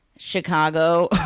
Chicago